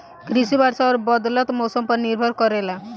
कृषि वर्षा और बदलत मौसम पर निर्भर करेला